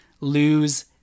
lose